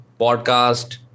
podcast